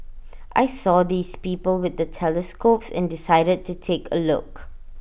I saw these people with the telescopes and decided to take A look